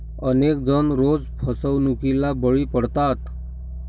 अनेक जण रोज फसवणुकीला बळी पडतात